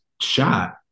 shot